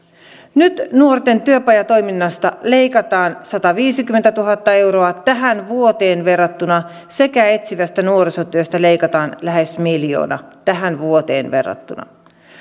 nyt nuorten työpajatoiminnasta leikataan sataviisikymmentätuhatta euroa tähän vuoteen verrattuna sekä etsivästä nuorisotyöstä leikataan lähes miljoona tähän vuoteen verrattuna